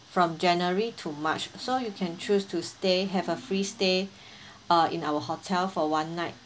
from january to march so you can choose to stay have a free stay uh in our hotel for one night